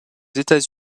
états